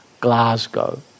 Glasgow